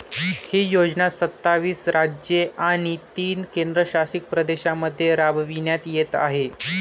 ही योजना सत्तावीस राज्ये आणि तीन केंद्रशासित प्रदेशांमध्ये राबविण्यात येत आहे